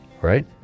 right